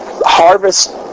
harvest